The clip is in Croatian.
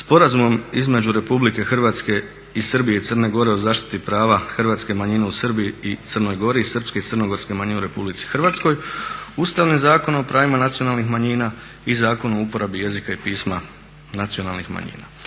Sporazumom između Republike Hrvatske i Srbije i Crne Gore o zaštiti prava hrvatske manjine u Srbiji i Crnoj Gori i srpske i crnogorske manjine u Republici Hrvatskoj, Ustavni zakon o pravima nacionalnih manjina i Zakon o uporabi jezika i pisma nacionalnih manjina.